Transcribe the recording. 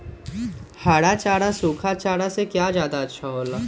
हरा चारा सूखा चारा से का ज्यादा अच्छा हो ला?